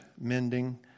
mending